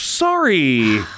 sorry